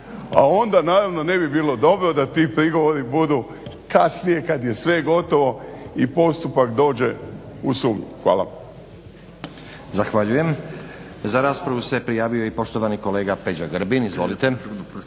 A onda naravno ne bi bilo dobro da ti prigovori budu kasnije kada je sve gotovo i postupak dođe u sud. Hvala.